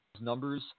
Numbers